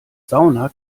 sauna